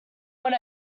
one